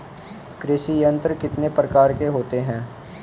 कृषि यंत्र कितने प्रकार के होते हैं?